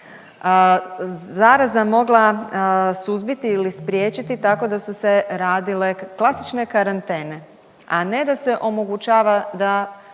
zaraza mogla suzbiti ili spriječiti tako da su se radile klasične karantene, a ne da se omogućava da